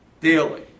daily